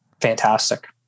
fantastic